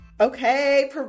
Okay